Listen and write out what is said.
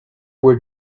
were